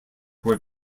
were